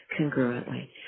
congruently